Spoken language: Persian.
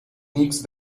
نیکز